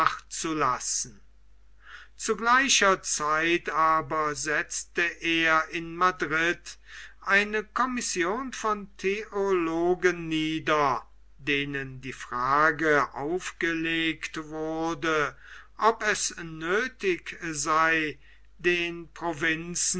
zu gleicher zeit aber setzte er in madrid eine commission von theologen nieder denen die frage aufgelegt wurde ob es nöthig sei den provinzen